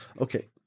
Okay